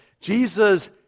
Jesus